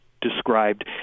described